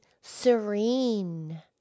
serene